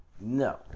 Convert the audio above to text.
no